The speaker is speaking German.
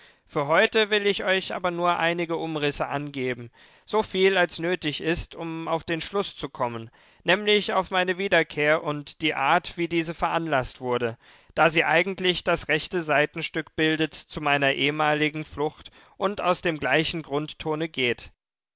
für heute will ich euch aber nur einige umrisse angeben soviel als nötig ist um auf den schluß zu kommen nämlich auf meine wiederkehr und die art wie diese veranlaßt wurde da sie eigentlich das rechte seitenstück bildet zu meiner ehemaligen flucht und aus dem gleichen grundtone geht